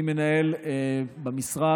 אני מנהל במשרד